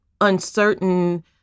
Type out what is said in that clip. uncertain